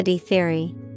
Theory